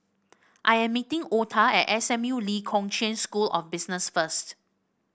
I am meeting Ota at S M U Lee Kong Chian School of Business first